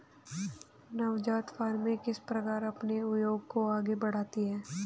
नवजात फ़र्में किस प्रकार अपने उद्योग को आगे बढ़ाती हैं?